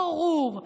ברור,